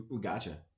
Gotcha